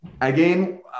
Again